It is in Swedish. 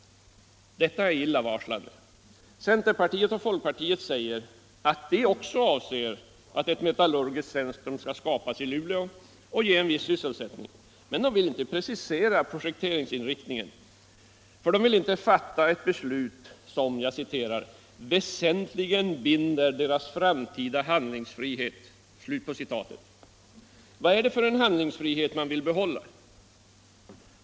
Detta är illavarslande. Centerpartiet och folkpartiet säger att de också avser att ett metallurgiskt centrum skall skapas i Luleå och ge en viss sysselsättning, men de vill inte precisera projekteringsinriktningen, för de vill inte fatta ett beslut ”som väsentligt binder deras framtida handlingsfrihet”. Vad är det för handlingsfrihet man vill behålla?